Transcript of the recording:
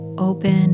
open